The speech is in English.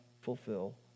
fulfill